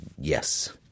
yes